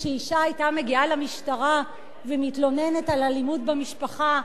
כשאשה היתה מגיעה למשטרה ומתלוננת על אלימות במשפחה,